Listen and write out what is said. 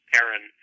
Aaron